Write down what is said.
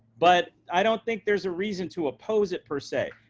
but i don't think there's a reason to oppose it, per se.